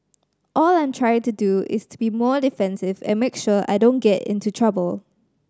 all I am trying to do is to be more defensive and make sure I don't get into trouble